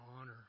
honor